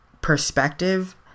perspective